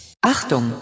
Achtung